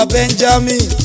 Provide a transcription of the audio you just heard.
Benjamin